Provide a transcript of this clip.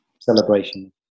celebration